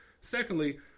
Secondly